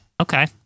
Okay